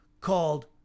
called